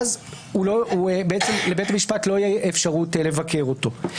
ואז לבית המשפט לא תהיה אפשרות לבקר אותו.